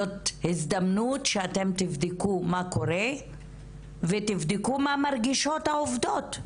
זאת הזדמנות שאתם תבדקו מה קורה ותבדקו מה מרגישות העובדות,